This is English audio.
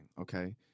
okay